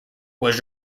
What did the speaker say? was